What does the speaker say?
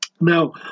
Now